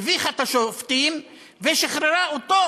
הביכה את השופטים ושחררה אותו,